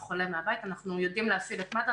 אנחנו יודעים להפעיל את מד"א.